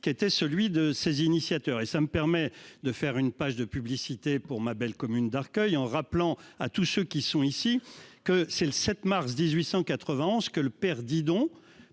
qui était celui de ses initiateurs et ça me permet de faire une page de publicité pour ma belle communes d'Arcueil en rappelant à tous ceux qui sont ici que c'est le sept mars 1880 ce que le père Didon